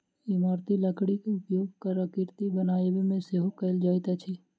इमारती लकड़ीक उपयोग कलाकृति बनाबयमे सेहो कयल जाइत अछि